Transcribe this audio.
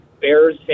Bears